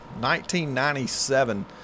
1997